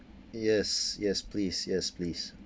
yes yes please yes please